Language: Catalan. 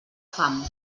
fam